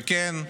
וכן,